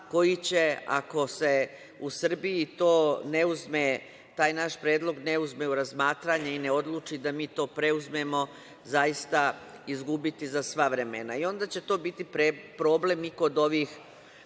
koji će, ako se u Srbiji to ne uzme, taj naš predlog, ne uzme u razmatranje i ne odluči da mi to preuzmemo, zaista izgubiti za sva vremena. Onda će to biti problem i kod ovih